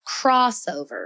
crossover